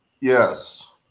Yes